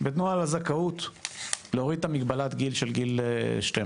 בנוהל הזכאות להוריד את מגבלת הגיל של גיל 12,